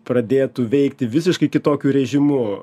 pradėtų veikti visiškai kitokiu režimu